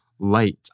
Light